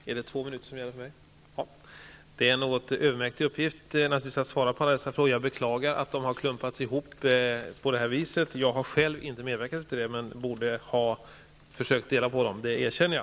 Herr talman! Det är naturligtvis en något övermäktig uppgift att svara på alla dessa inlägg. Jag beklagar att frågorna har klumpats ihop på det här viset; jag har själv inte medverkat till det men borde ha försökt dela upp svaret -- det erkänner jag.